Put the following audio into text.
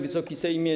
Wysoki Sejmie!